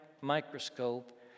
microscope